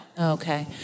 Okay